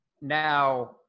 now